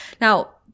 Now